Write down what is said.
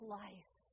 life